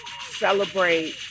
celebrate